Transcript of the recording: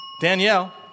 Danielle